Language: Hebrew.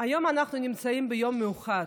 היום אנחנו נמצאים ביום מיוחד.